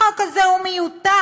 החוק הזה הוא מיותר.